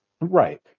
Right